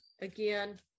again